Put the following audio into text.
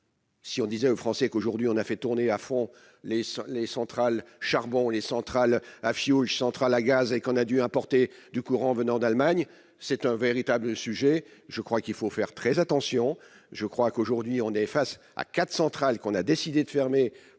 Si on disait aux Français, qu'aujourd'hui, on a fait tourner à fond les les centrales charbon les centrales à fioul centrales à gaz et qu'on a dû importer du courant venant d'Allemagne, c'est un véritable sujet, je crois qu'il faut faire très attention, je crois qu'aujourd'hui on est face à quatre centrales qu'on a décidé de fermer